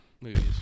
movies